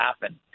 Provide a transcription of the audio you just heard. happen